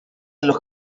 los